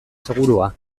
segurua